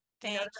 Thank